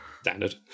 Standard